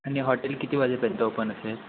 आणि हॉटेल किती वाजेपर्यंत ओपन असेल